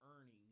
earning